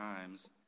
times